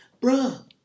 Bruh